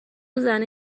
زنه